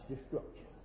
Destruction